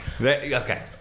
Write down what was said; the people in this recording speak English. Okay